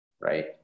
right